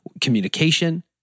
communication